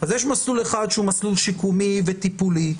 אז יש מסלול אחד שהוא מסלול שיקומי וטיפולי,